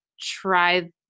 try